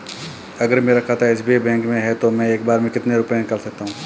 अगर मेरा खाता एस.बी.आई बैंक में है तो मैं एक बार में कितने रुपए निकाल सकता हूँ?